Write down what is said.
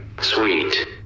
sweet